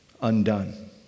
undone